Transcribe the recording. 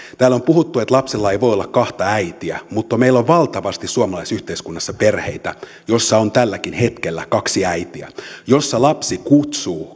täällä on puhuttu että lapsella ei voi olla kahta äitiä mutta meillä on valtavasti suomalaisessa yhteiskunnassa perheitä joissa on tälläkin hetkellä kaksi äitiä ja joissa lapsi kutsuu